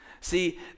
See